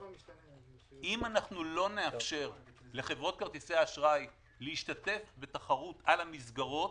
אם אנחנו לא נאפשר לחברות כרטיסי האשראי להשתתף בתחרות על המסגרות,